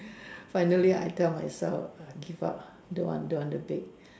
finally I tell myself ah give up lah don't want don't want to bake